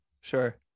sure